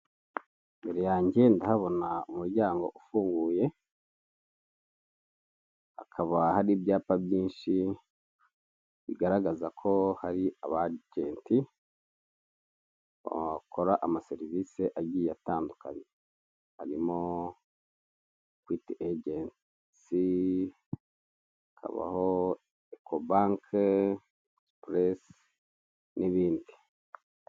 Imbere yanjye ndahabona umuryango ufunguye, hakaba hari ibyapa byinshi bigaragaza ko hari abajenti bakora amaserivisi agiye atandukanye, harimo ekwiti egensi, hakabaho ekobanki egisipuresi n'ibindi.